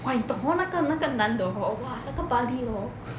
!wah! 你懂 hor 那个那个男的 hor !wah! 那个 buddy hor